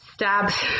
stabs